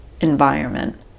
environment